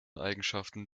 eigenschaften